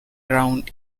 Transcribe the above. round